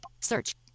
Search